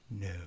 No